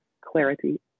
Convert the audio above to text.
clarity